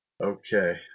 Okay